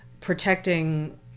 protecting